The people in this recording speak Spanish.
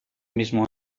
mismo